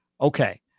Okay